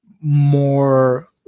more